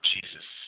Jesus